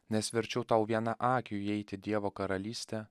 nes verčiau tau vienaakiui įeit į dievo karalystę